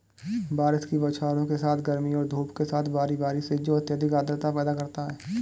बारिश की बौछारों के साथ गर्मी और धूप के साथ बारी बारी से जो अत्यधिक आर्द्रता पैदा करता है